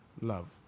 love